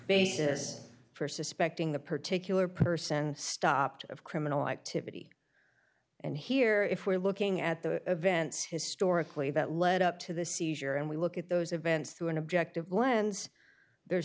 basis for suspecting the particular person stopped of criminal activity and here if we're looking at the vents historically that led up to the seizure and we look at those events through an objective lens there's